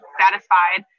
satisfied